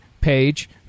page